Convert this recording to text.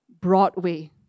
Broadway